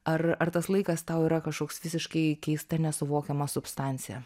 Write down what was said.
ar ar tas laikas tau yra kažkoks visiškai keista nesuvokiama substancija